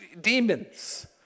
demons